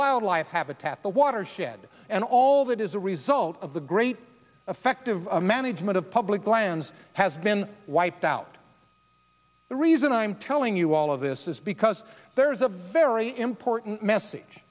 wildlife habitat the watershed and all that is a result of the great effective management of public lands has been wiped out the reason i'm telling you all of this is because there is a very important message